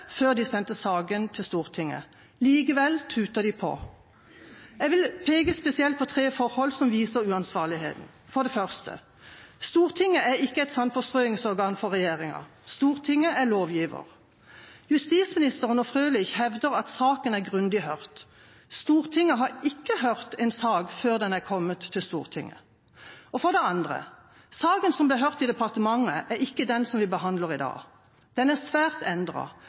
før de sendte saken til Stortinget. Likevel tuter de på. Jeg vil peke spesielt på tre forhold som viser uansvarligheten. For det første: Stortinget er ikke et sandpåstrøingsorgan for regjeringa. Stortinget er lovgiver. Justisministeren og Frølich hevder at saken er grundig hørt. Stortinget har ikke hørt en sak før den er kommet til Stortinget. For det andre: Saken som ble hørt i departementet, er ikke den som vi behandler i dag. Den er svært